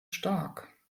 stark